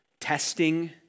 testing